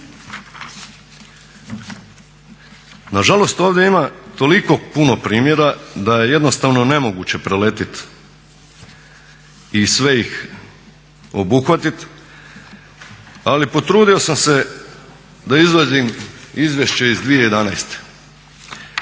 Na žalost ovdje ima toliko puno primjera da je jednostavno nemoguće preletit i sve ih obuhvatit, ali potrudio sam se da izvadim izvješće iz 2011.